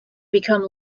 become